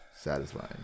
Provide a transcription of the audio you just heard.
satisfying